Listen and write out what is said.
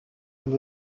till